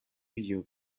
yield